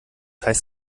heißt